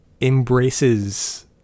embraces